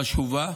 חשובה.